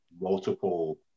multiple